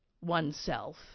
oneself